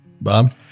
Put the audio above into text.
Bob